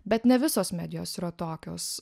bet ne visos medijos yra tokios